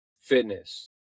fitness